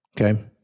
Okay